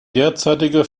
derzeitige